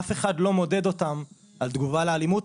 אף אחד לא מודד אותן על תגובה לאלימות,